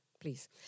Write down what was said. Please